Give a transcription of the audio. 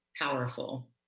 powerful